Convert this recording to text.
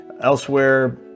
Elsewhere